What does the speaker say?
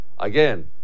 Again